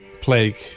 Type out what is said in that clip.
plague